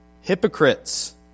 Hypocrites